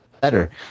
better